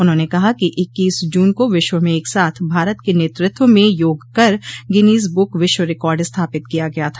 उन्होंने कहा कि इक्कीस जून को विश्व में एक साथ भारत के नेतृत्व में योग कर गिनीज बुक विश्व रिकार्ड स्थापित किया गया था